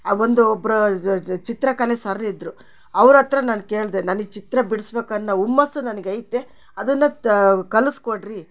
ಆ ಒಂದು ಬ್ರ ಚಿತ್ರಕಲೆ ಸರ್ ಇದ್ರು ಅವ್ರ ಹತ್ರ ನಾನು ಕೇಳ್ದೆ ನನಗೆ ಚಿತ್ರ ಬಿಡ್ಸ್ಬೇಕನ್ನ ಹುಮ್ಮಸ್ಸು ನನಗೈತೆ ಅದನ್ನ ತಾ ಕಲ್ಸ್ಕೊಡ್ರಿ